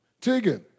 Tegan